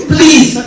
Please